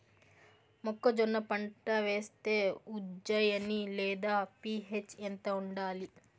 మొక్కజొన్న పంట వేస్తే ఉజ్జయని లేదా పి.హెచ్ ఎంత ఉండాలి?